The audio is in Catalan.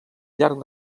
llarg